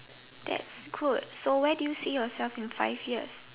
that's good so where do you see yourself in five years